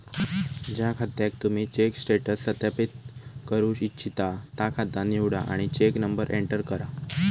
ज्या खात्याक तुम्ही चेक स्टेटस सत्यापित करू इच्छिता ता खाता निवडा आणि चेक नंबर एंटर करा